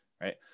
Right